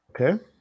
Okay